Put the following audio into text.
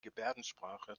gebärdensprache